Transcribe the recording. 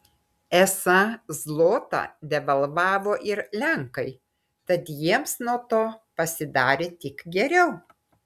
esą zlotą devalvavo ir lenkai tad jiems nuo to pasidarė tik geriau